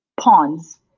pawns